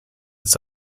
its